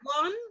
one